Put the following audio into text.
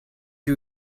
you